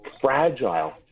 fragile